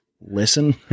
listen